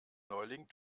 neuling